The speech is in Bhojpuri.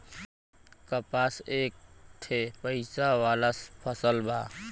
कपास एक ठे पइसा वाला फसल बा